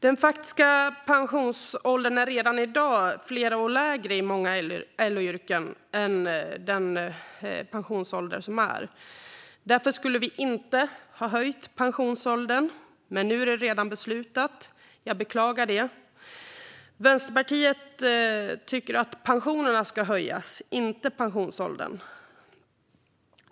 Den faktiska pensionsåldern inom många LO-yrken är redan i dag flera år lägre än den pensionsålder som är. Därför skulle vi inte ha höjt pensionsåldern. Nu är det redan beslutat. Jag beklagar det. Vänsterpartiet tycker att pensionerna ska höjas, inte pensionsåldern.